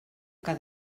que